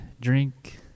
drink